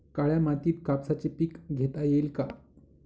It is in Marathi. काळ्या मातीत कापसाचे पीक घेता येईल का?